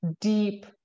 deep